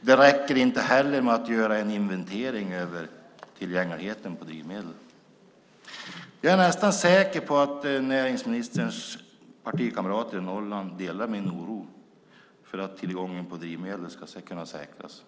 Det räcker inte heller med att göra en inventering över tillgängligheten när det gäller drivmedel. Jag är nästan säker på att näringsministerns partikamrater i Norrland delar min oro för hur tillgången på drivmedel ska kunna säkras.